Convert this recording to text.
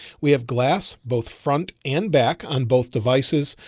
we have glass both front and back on both devices.